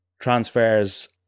transfers